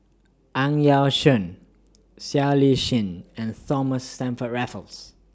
Ang Yau Choon Siow Lee Chin and Thomas Stamford Raffles